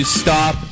stop